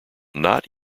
not